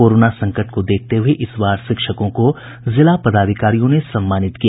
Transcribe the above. corona संकट को देखते हये इस बार शिक्षकों को जिला पदाधिकारियों ने सम्मानित किया